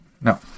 no